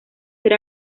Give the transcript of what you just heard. ser